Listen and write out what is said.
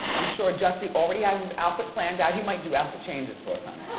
i'm sure jussie already has his outfit planned out. he might do outfit changes for us, honey.